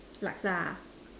laksa